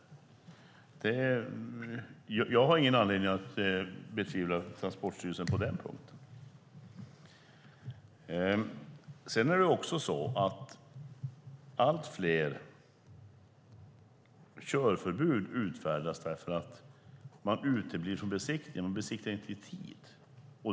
Jag har ingen anledning att betvivla Transportstyrelsens slutsats på den punkten. Sedan är det också allt fler körförbud som utfärdas därför att man uteblir från besiktningen och inte besiktar i tid.